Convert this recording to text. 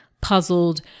puzzled